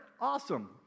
Awesome